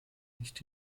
nicht